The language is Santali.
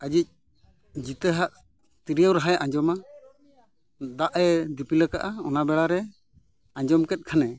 ᱟᱡᱤᱡ ᱡᱤᱛᱟᱹᱼᱟᱜ ᱛᱤᱨᱭᱳ ᱨᱟᱦᱟᱭ ᱟᱸᱡᱚᱢᱟ ᱫᱟᱜᱮ ᱫᱤᱯᱤᱞ ᱟᱠᱟᱫᱼᱟ ᱚᱱᱟ ᱵᱮᱲᱟ ᱨᱮ ᱟᱸᱡᱚᱢ ᱠᱮᱫ ᱠᱷᱟᱱᱮ